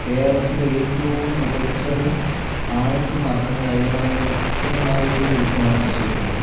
കേരളത്തില് ഏറ്റവും മികച്ചതും ആര്ക്കും മറക്കാന് കഴിയാത്തതുമായ ഒരു ഉത്സവമാണ് തൃശ്ശൂര് പൂരം